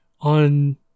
On